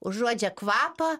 užuodžia kvapą